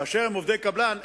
כאשר הן עובדות קבלן,